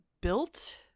built